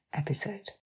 episode